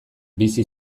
bizi